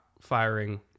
firing